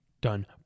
done